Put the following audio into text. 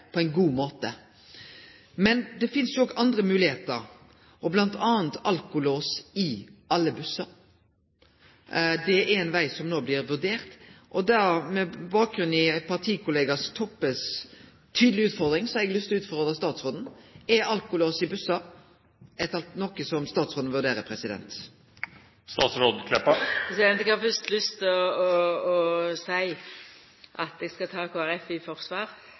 på ein god måte. Men det finst jo òg andre moglegheiter, bl.a. alkolås i alle bussar. Det er ein veg som no blir vurdert. Med bakgrunn i partikollega Toppes tydelege utfordring har eg lyst til å utfordre statsråden: Er alkolås i bussar noko som statsråden vurderer? Eg har fyrst lyst til å seia at eg skal ta Kristeleg Folkeparti i forsvar